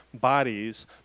bodies